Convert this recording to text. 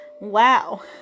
Wow